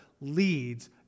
leads